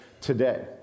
today